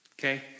Okay